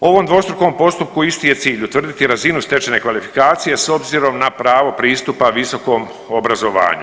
Ovom dvostrukom postupku isti je cilj utvrditi razinu stečene kvalifikacije s obzirom na pravo pristupa visokom obrazovanju.